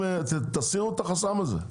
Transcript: תסירו את החסם הזה.